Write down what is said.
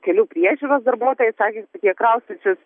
kelių priežiūros darbuotojai sakė kad jie kraustysis